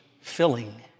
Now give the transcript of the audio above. filling